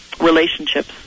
relationships